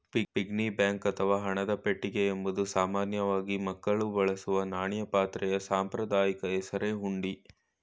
piggy bank ಅಥವಾ ಹಣದ ಪೆಟ್ಟಿಗೆ ಎಂಬುದು ಸಾಮಾನ್ಯವಾಗಿ ಮಕ್ಕಳು ಬಳಸುವ ನಾಣ್ಯ ಪಾತ್ರೆಯ ಸಾಂಪ್ರದಾಯಿಕ ಹೆಸರೇ ಹುಂಡಿ